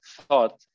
thought